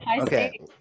Okay